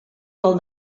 del